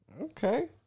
Okay